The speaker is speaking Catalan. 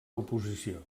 oposició